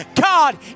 God